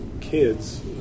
kids